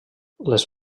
les